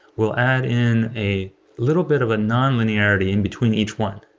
we'll add in a little bit of a non-linearity in between each one.